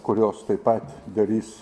kurios taip pat darys